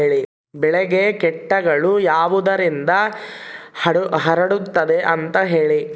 ಬೆಳೆಗೆ ಕೇಟಗಳು ಯಾವುದರಿಂದ ಹರಡುತ್ತದೆ ಅಂತಾ ಹೇಳಿ?